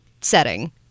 setting